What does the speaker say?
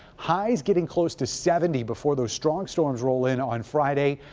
highs getting close to seventy before the strong storms roll in on friday.